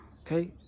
okay